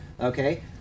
Okay